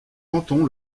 canton